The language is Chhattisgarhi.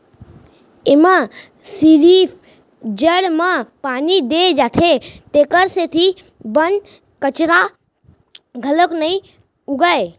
एमा सिरिफ जड़ म पानी दे जाथे तेखर सेती बन कचरा घलोक नइ उगय